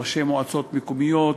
ראשי מועצות מקומיות,